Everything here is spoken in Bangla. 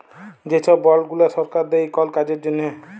যে ছব বল্ড গুলা সরকার দেই কল কাজের জ্যনহে